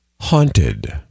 haunted